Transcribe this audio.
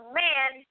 man